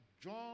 John